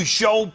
show